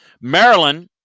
Maryland